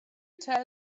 tell